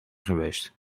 geweest